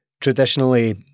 traditionally